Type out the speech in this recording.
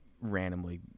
randomly